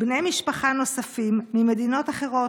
בני משפחה נוספים ממדינות אחרות?